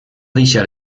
deixar